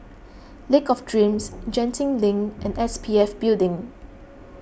Lake of Dreams Genting Link and S P F Building